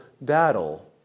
battle